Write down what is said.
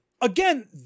again